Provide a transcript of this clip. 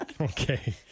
Okay